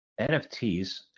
NFTs